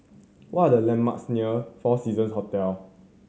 what are the landmarks near Four Seasons Hotel